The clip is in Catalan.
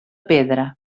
pedra